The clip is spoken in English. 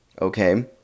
okay